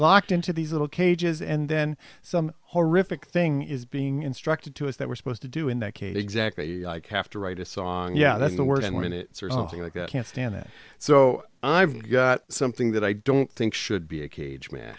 locked into these little cages and then some horrific thing is being instructed to us that we're supposed to do in that case exactly i'd have to write a song yeah that's the word and when it sort of thing like that can't stand it so i've got something that i don't think should be a cage ma